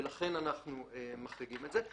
ולכן אנחנו מחריגים את זה.